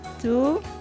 two